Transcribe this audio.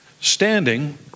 standing